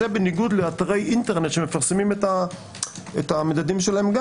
זה בניגוד לאתרי אינטרנט שגם מפרסמים את המדדים שלהם,